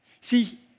See